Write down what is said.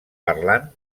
parlant